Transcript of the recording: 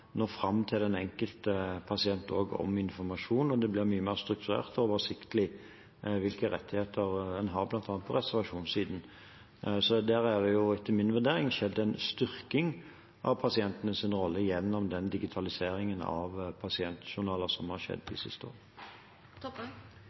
nå fram til den enkelte pasient om informasjon. Det blir mye mer strukturert og oversiktlig hvilke rettigheter en har, bl.a. på reservasjonssiden. Der er det etter min vurdering skjedd en styrking av pasientens rolle gjennom den digitaliseringen av pasientjournaler som har skjedd